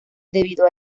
debido